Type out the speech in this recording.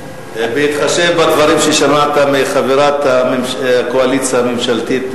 בהתחשב בדברים ששמעת מחברת הקואליציה הממשלתית,